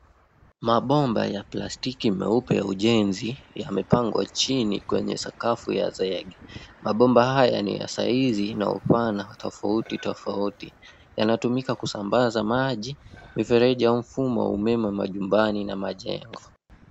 Mabomba ya plastiki meupe ya ujenzi yamepangwa chini kwenye sakafu ya zege. Mabomba haya ni ya size na upana tofauti tofauti. Yanatumika kusambaza maji, mifereji au mfumo wa umeme wa majumbani na majengo.